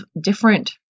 different